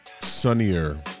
sunnier